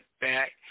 back